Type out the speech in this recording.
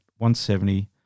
170